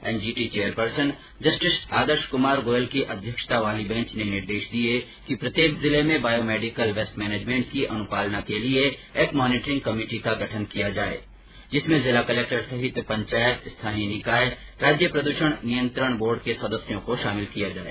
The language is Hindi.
NGT chairperson justice Adarsh Kumar Goyal की अध्यक्षता वाली बैंच ने निर्देश दिये कि प्रत्येक जिले में बॉयो मेडिकल वेस्ट मैनेजमेंट की अनुपालना के लिए एक मॉनिटरिंग कमेटी का गठन किया जाए जिसमें जिला कलेक्टर सहित पंचायत स्थानीय निकाय राज्य प्रद्षण नियंत्रण बोर्ड के सदस्यों को शामिल किया जाए